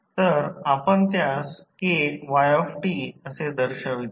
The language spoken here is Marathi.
तर आपण त्यास Kyt असे दर्शवतो